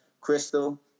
Crystal